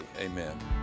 Amen